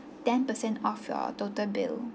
ten percent off your total bill